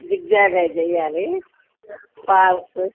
zigzag అవి చెయ్యాలి falls